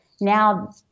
Now